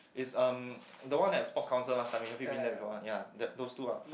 is um the one that sport council last time have you been there before yea that those two ah